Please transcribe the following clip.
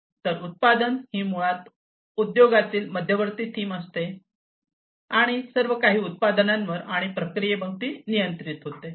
तर उत्पादन ही मुळात उद्योगातील मध्यवर्ती थीम असते सर्व काही उत्पादनांवर आणि प्रक्रियेभोवती नियंत्रित होते